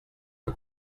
que